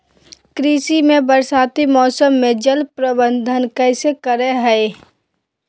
कृषि में बरसाती मौसम में जल प्रबंधन कैसे करे हैय?